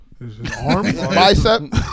Bicep